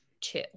two